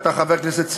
אתה חבר כנסת צעיר,